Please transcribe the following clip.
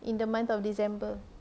in the month of december